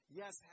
yes